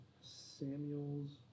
Samuels